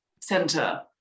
center